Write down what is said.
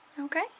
Okay